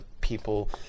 people